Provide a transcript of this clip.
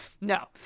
No